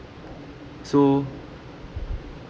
so